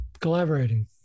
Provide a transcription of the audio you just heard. collaborating